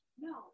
No